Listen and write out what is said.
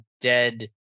dead